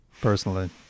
personally